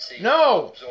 No